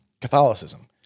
Catholicism